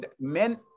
Men